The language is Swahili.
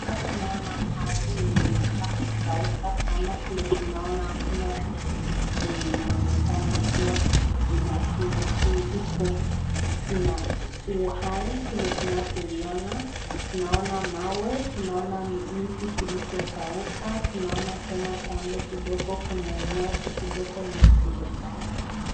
Hapa tunaona ardhi yenye imekaa kukauka sana vile tunaona na hakuna kitu kwenye inaonekana kuwa iko na uai vile tunavyoiona, tunaona mawe, tunaona miti zilizokauka, tunaona tena kando kidogo Kuna nyasi kidogo yenye zimekauka.